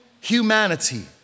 humanity